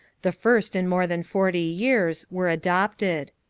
the first in more than forty years, were adopted.